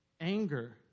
anger